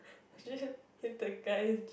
with the guy